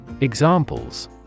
Examples